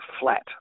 flat